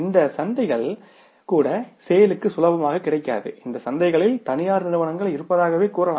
இந்த சந்தைகள் கூட செய்ல் க்கு சுலபமாக கிடைக்காது இந்த சந்தைகளிலும் தனியார் நிறுவனங்கள் இருப்பதாகக் கூறலாம்